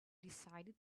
decided